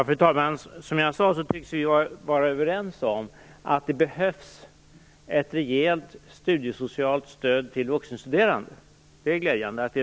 Fru talman! Som jag sade tycks vi vara överens om att det behövs ett rejält studiesocialt stöd till vuxenstuderande, och det är glädjande.